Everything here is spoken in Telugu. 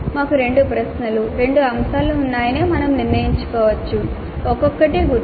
మాకు రెండు ప్రశ్నలు రెండు అంశాలు ఉన్నాయని మేము నిర్ణయించుకోవచ్చు ఒక్కొక్కటి గుర్తు